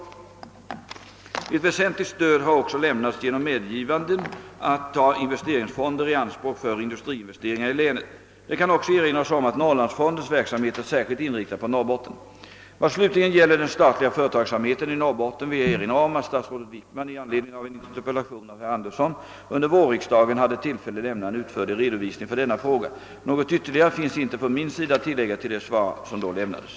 Ett att minska arbetslösheten i Norrbotten väsentligt stöd har också lämnats genom medgivande att ta investeringsfonder i anspråk för industriinvesteringar i länet. Det kan också erinras om att norrlandsfondens verksamhet är särskilt inriktad på Norrbotten. Vad slutligen gäller den statliga företagsamheten i Norrbotten vill jag erinra om att statsrådet Wickman i anledning av en interpellation av herr Andersson under vårriksdagen hade tillfälle lämna en utförlig redovisning för denna fråga. Något ytterligare finns inte från min sida att tilllägga till det svar som då lämnades.